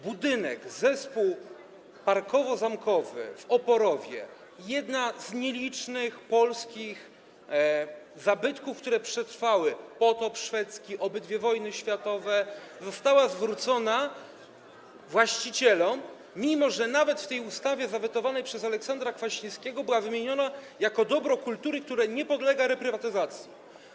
Budynek, zespół parkowo-zamkowy w Oporowie, jeden z nielicznych polskich zabytków, które przetrwały potop szwedzki i obydwie wojny światowe, został zwrócony właścicielom, mimo że nawet w tej ustawie zawetowanej przez Aleksandra Kwaśniewskiego był wymieniony jako dobro kultury, które nie podlega reprywatyzacji.